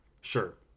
Sure